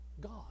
God